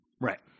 Right